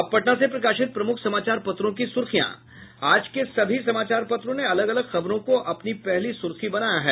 अब पटना से प्रकाशित प्रमुख समाचार पत्रों की सुर्खियां आज के सभी समाचार पत्रों ने अलग अलग खबरों को अपनी पहली सुर्खी बनाया है